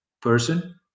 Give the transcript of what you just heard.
person